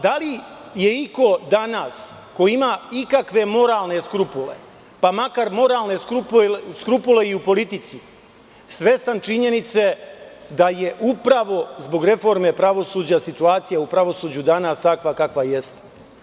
Da li je iko danas, ko ima ikakve moralne skrupule, pa makar moralne skrupule i u politici, svestan činjenice da je upravo zbog reforme pravosuđa situacija u pravosuđu danas takva kakva jeste?